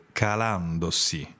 calandosi